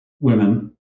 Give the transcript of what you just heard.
women